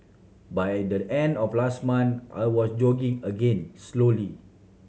by the end of last month I was jogging again slowly